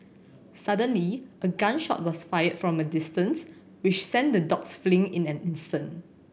suddenly a gun shot was fired from a distance which sent the dogs fleeing in an instant